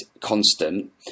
constant